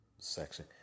section